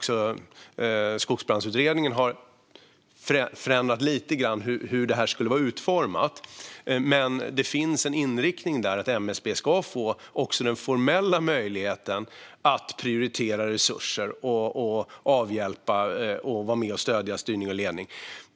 Skogsbrandsutredningen har förändrat lite grann hur detta skulle vara utformat, men det finns en inriktning där att MSB ska få den formella möjligheten att prioritera resurser, avhjälpa och vara med och stödja styrning och ledning.